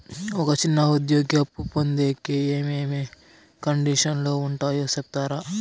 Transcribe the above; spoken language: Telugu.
ఒక చిన్న ఉద్యోగి అప్పు పొందేకి ఏమేమి కండిషన్లు ఉంటాయో సెప్తారా?